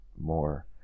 more